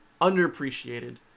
Underappreciated